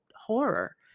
horror